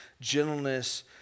gentleness